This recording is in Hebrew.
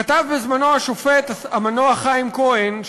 כתב בזמנו השופט המנוח חיים כהן,